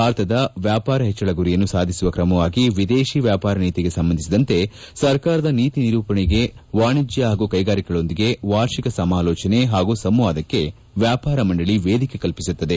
ಭಾರತದ ವ್ಯಾಪಾರ ಹೆಚ್ಚಳ ಗುರಿಯನ್ನು ಸಾಧಿಸುವ ಕ್ರಮವಾಗಿ ವಿದೇಶ ವ್ಯಾಪಾರ ನೀತಿಗೆ ಸಂಬಂಧಿಸಿದಂತೆ ಸರ್ಕಾರದ ನೀತಿ ನಿರೂಪಣೆಗೆ ವಾಣಿಜ್ಯ ಹಾಗೂ ಕೈಗಾರಿಕೆಗಳೊಂದಿಗೆ ವಾರ್ಷಿಕ ಸಮಾಲೋಚನೆ ಹಾಗೂ ಸಂವಾದಕ್ಕೆ ವ್ಯಾಪಾರ ಮಂಡಳ ವೇದಿಕೆ ಕಲ್ಪಿಸುತ್ತದೆ